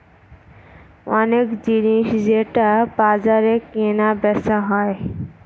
অনেক জিনিস যেটা বাজারে কেনা বেচা হয়